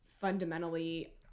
fundamentally